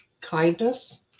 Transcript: kindness